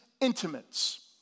intimates